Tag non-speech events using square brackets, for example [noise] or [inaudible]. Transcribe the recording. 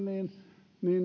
[unintelligible] niin